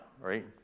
right